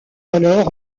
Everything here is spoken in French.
alors